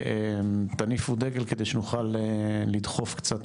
תניפו דגל כדי שנוכל לדחוף קצת